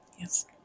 Yes